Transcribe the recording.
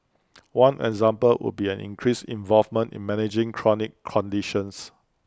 one example would be an increased involvement in managing chronic conditions